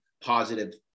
positive